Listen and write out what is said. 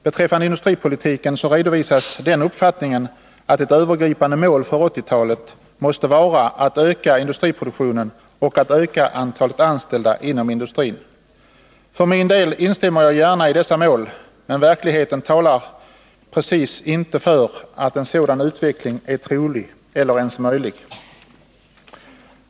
Beträffande industripolitiken redovisas den uppfattningen att ett övergripande mål för 1980-talet måste vara att öka industriproduktionen och att öka antalet anställda inom industrin. För min del instämmer jag gärna i dessa mål, men verkligheten talar inte precis för att en sådan utveckling är trolig eller ens möjlig.